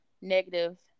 negative